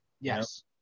Yes